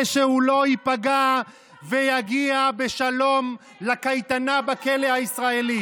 כדי שהוא לא ייפגע ויגיע בשלום לקייטנה בכלא הישראלי.